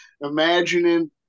imagining